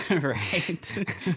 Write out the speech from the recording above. right